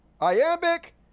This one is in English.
Iambic